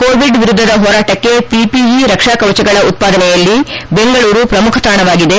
Covid ವಿರುದ್ಧ ಹೋರಾಟಕ್ಕೆ PPE ರಕ್ಷಾ ಕವಚಗಳ ಉತ್ಪಾದನೆಯಲ್ಲಿ ಬೆಂಗಳೂರು ಪ್ರಮುಖ ತಾಣವಾಗಿದೆ